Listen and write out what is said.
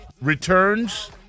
returns